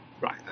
Right